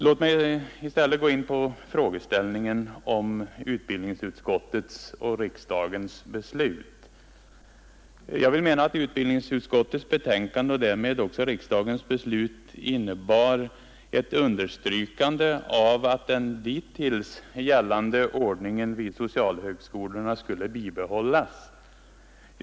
Låt mig i stället gå in på frågeställningen om utbildningsutskottets och riksdagens beslut. Jag menar att utbildningsutskottets betänkande och därmed riksdagens beslut innebar ett understrykande av att den dittills gällande ordningen vid socialhögskolorna skulle bibehållas.